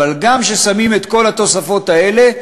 אבל גם כששמים את כל התוספות האלה,